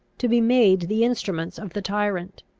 to be made the instruments of the tyrant.